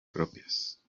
propias